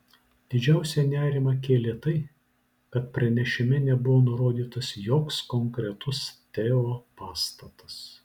didžiausią nerimą kėlė tai kad pranešime nebuvo nurodytas joks konkretus teo pastatas